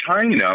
China